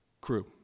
crew